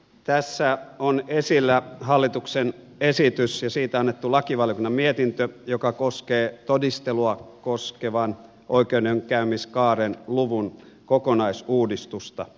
tässä on esillä hallituksen esitys ja siitä annettu lakivaliokunnan mietintö joka koskee todistelua koskevan oikeudenkäymiskaaren kokonaisuudistusta